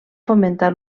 fomentar